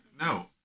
No